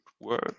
work